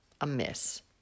amiss